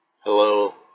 Hello